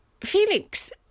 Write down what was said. felix